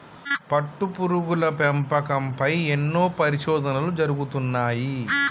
పట్టుపురుగుల పెంపకం పై ఎన్నో పరిశోధనలు జరుగుతున్నాయి